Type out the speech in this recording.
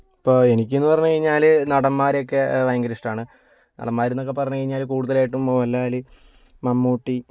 ഇപ്പോൾ എനിക്കെന്ന് പറഞ്ഞു കഴിഞ്ഞാൽ നടന്മാരെ ഒക്കെ ഭയങ്കര ഇഷ്ടമാണ് നടന്മാരെന്നൊക്കെ പറഞ്ഞു കഴിഞ്ഞാൽ കൂടുതലായിട്ടും മോഹൻലാല് മമ്മൂട്ടി